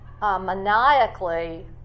maniacally